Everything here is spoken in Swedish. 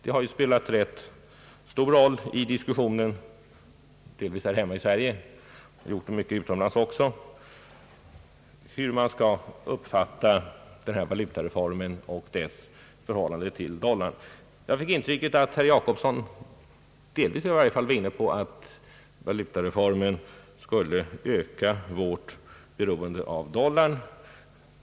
Det har spelat en rätt stor roll i diskussionen både här hemma i Sverige och delvis också i utlandet hur man skall uppfatta denna valutareform och dess förhållande till dollarn. Jag fick intrycket att herr Jacobsson — delvis i varje fall — var inne på att valutareformen skulle öka vårt beroende av dollarn.